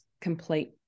complete